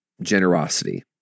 generosity